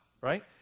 Right